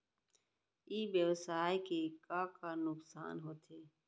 ई व्यवसाय के का का नुक़सान होथे?